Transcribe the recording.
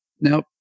Now